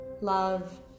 love